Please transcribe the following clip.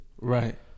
Right